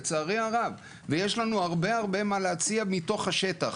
לצערי הרב ויש לנו הרבה-הרבה מה להציע מתוך השטח,